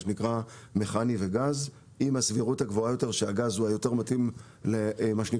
מכני וגז עם הסבירות הגבוה יותר שהגז הוא שיותר מתאים להסבה.